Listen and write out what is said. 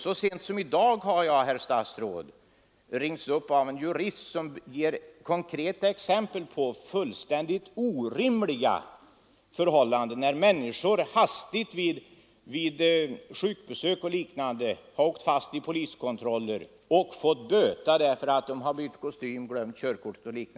Så sent som i dag har jag, herr statsråd, ringts upp av en jurist som ger konkreta exempel på fullständigt orimliga förhållanden, då människor vid hastiga sjukbesök och liknande har åkt fast vid poliskontroller och fått böta därför att de bytt kostym och därvid glömt körkortet.